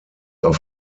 auf